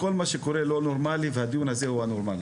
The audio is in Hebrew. כל מה שקורה לא נורמלי והדיון הזה הוא הנורמלי.